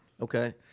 Okay